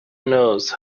knows